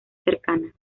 cercana